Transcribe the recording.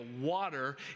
water